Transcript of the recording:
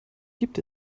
gibt